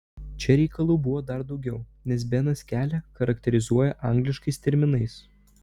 čia reikalų buvo dar daugiau nes benas kelią charakterizuoja angliškais terminais